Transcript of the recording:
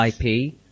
IP